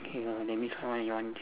okay ah that means ah your one